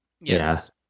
yes